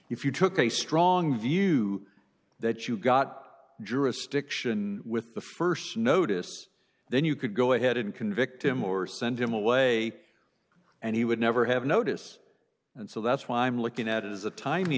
if you took a strong view that you got jurisdiction with the st notice then you could go ahead and convict him or send him away and he would never have notice and so that's why i'm looking at it as a timing